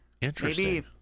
interesting